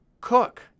Cook